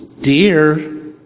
Dear